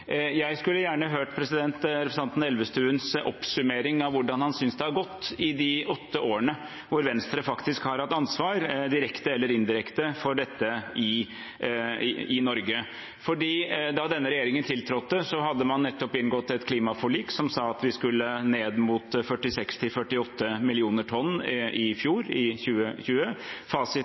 Jeg skulle gjerne hørt representanten Elvestuens oppsummering av hvordan han synes det har gått i de åtte årene Venstre faktisk har hatt ansvar, direkte eller indirekte, for dette i Norge. Da denne regjeringen tiltrådte, hadde man nettopp inngått et klimaforlik som sa at vi skulle ned mot et klimagassutslipp på 46–48 millioner tonn i fjor, i 2020.